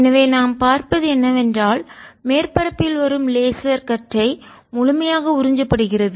எனவே நாம் பார்ப்பது என்னவென்றால் மேற்பரப்பில் வரும் லேசர் கற்றை முழுமையாக உறிஞ்சப்படுகிறது